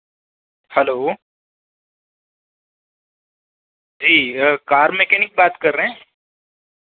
hello जी car mechanic बात कर रहे हैं